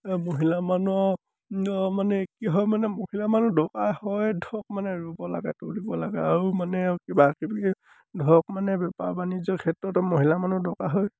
মহিলা মানুহ মানুহ মানে কি হয় মানে মহিলা মানুহ দৰকাৰ হয় ধৰক মানে ৰুব লাগে তুলিব লাগে আৰু মানে কিবা কিবি ধৰক মানে বেপাৰ বাণিজ্যৰ ক্ষেত্ৰত মহিলা মানুহ দৰকাৰ হয়